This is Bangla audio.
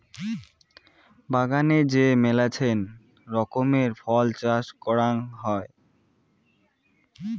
বাগানে যে মেলাছেন রকমের ফল চাষ করাং হই